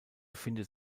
findet